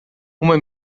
uma